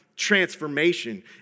transformation